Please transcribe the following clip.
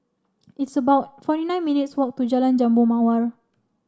it's about forty nine minutes' walk to Jalan Jambu Mawar